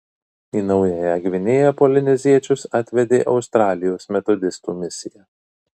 į naująją gvinėją polineziečius atvedė australijos metodistų misija